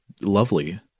lovely